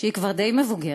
שהיא כבר די מבוגרת,